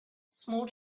small